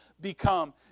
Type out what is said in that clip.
become